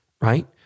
right